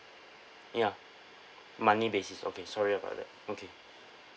ya monthly basis okay sorry about that okay